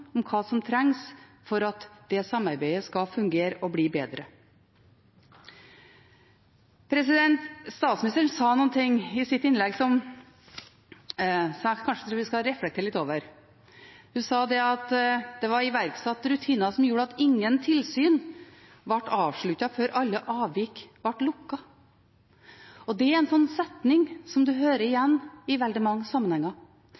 om hva som trengs for at det samarbeidet skal fungere og bli bedre. Statsministeren sa noe i sitt innlegg som jeg kanskje tror vi skal reflektere litt over. Hun sa at det var iverksatt rutiner som gjorde at ingen tilsyn ble avsluttet før alle avvik var lukket. Det er en setning som en hører igjen i veldig mange sammenhenger.